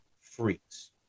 freaks